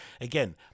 again